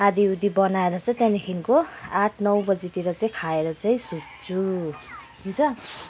आधाउधी बनाएर चाहिँ त्यहाँदेखिको आठ नौ बजीतिर चाहिँ खाएर चाहिँ सुत्छु हुन्छ